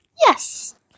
Yes